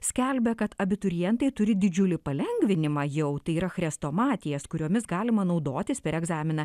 skelbia kad abiturientai turi didžiulį palengvinimą jau tai yra chrestomatijas kuriomis galima naudotis per egzaminą